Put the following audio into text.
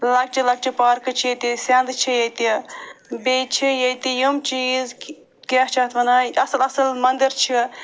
لۄکچہِ لۄکچہِ پارکہٕ چھِ ییٚتہِ سٮ۪نٛد چھِ ییٚتہِ بیٚیہِ چھِ ییٚتہِ یِم چیٖز کہِ کیٛاہ چھِ اتھ وَنان اصٕل اصٕل منٛدِر چھِ